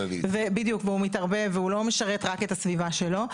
והוא מתערבב והוא לא משרת רק את הסביבה שלו.